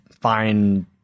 find